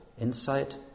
Insight